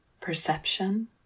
Perception